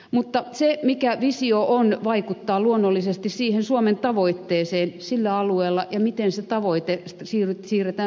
mutta se mikä visio on vaikuttaa luonnollisesti suomen tavoitteeseen sillä alueella ja siihen miten tavoite siirretään strategiaksi